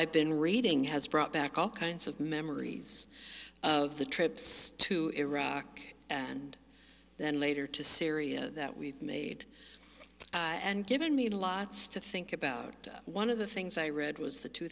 i've been reading has brought back all kinds of memories of the trips to iraq and then later to syria that we made and given me lots to think about one of the things i read was the two